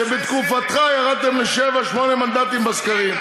שבתקופתך ירדתם לשבעה-שמונה בסקרים.